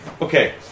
Okay